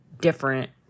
different